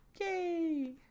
Yay